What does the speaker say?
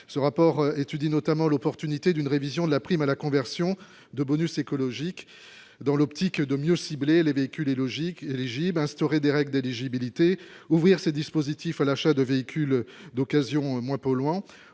ce rapport étudie notamment l'opportunité d'une révision de la prime à la conversion de bonus écologique dans l'optique de mieux cibler les véhicules et logique régime instauré des règles d'éligibilité ouvrir ce dispositif à l'achat de véhicules d'occasion, moins polluant,